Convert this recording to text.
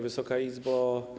Wysoka Izbo!